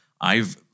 I've-